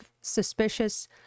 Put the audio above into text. suspicious